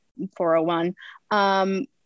401